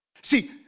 See